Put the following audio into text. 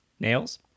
nails